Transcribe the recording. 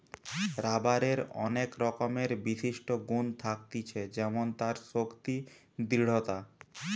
রাবারের অনেক রকমের বিশিষ্ট গুন থাকতিছে যেমন তার শক্তি, দৃঢ়তা